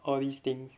all these things